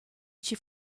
chi